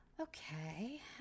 okay